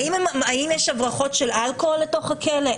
האם יש הברחות של אלכוהול לתוך הכלא?